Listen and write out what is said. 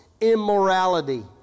immorality